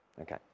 okay